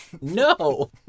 No